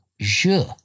je